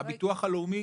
הביטוח הלאומי